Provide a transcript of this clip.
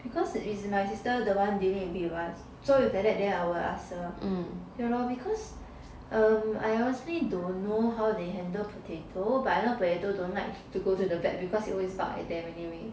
because it's my sister the one dealing with it [what] so if like that then I will ask her ya lor because um I honestly don't know how they handle potato but I know potato don't like to go to the vet because he always bark at them anyway